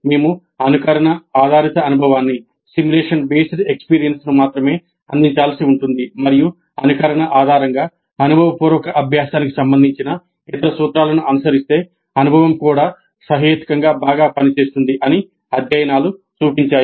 మునుపటి అనుభవాన్ని సక్రియం మాత్రమే అందించాల్సి ఉంటుంది మరియు అనుకరణ ఆధారంగా అనుభవపూర్వక అభ్యాసానికి సంబంధించిన ఇతర సూత్రాలను అనుసరిస్తే అనుభవం కూడా సహేతుకంగా బాగా పనిచేస్తుంది అని అధ్యయనాలు చూపించాయి